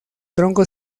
tronco